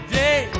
day